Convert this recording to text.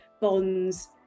bonds